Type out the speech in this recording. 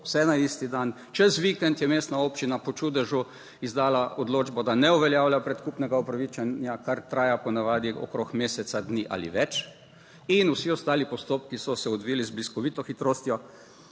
vse na isti dan, čez vikend je mestna občina po čudežu izdala odločbo, da ne uveljavlja predkupnega upravičenja, kar traja po navadi okrog meseca dni ali več, in vsi ostali postopki so se odvili z bliskovito hitrostjo.